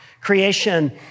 creation